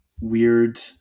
weird